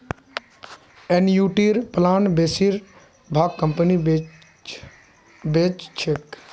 एनयूटीर प्लान बेसिर भाग कंपनी बेच छेक